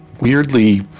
weirdly